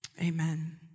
Amen